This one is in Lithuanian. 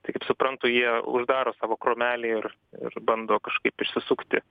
tai kaip suprantu jie uždaro savo kromelį ir ir bando kažkaip išsisukti